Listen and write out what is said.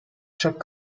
chaque